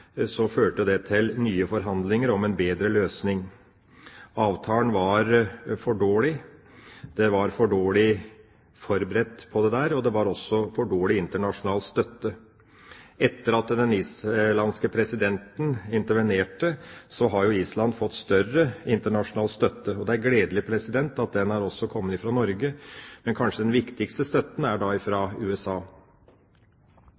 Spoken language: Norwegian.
førte det til nye forhandlinger om en bedre løsning. Avtalen var for dårlig, man var for dårlig forberedt, og det var også for dårlig internasjonal støtte. Etter at den islandske presidenten intervenerte, har jo Island fått større internasjonal støtte. Det er gledelig at den også er kommet fra Norge. Men den kanskje viktigste støtten er